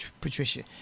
Patricia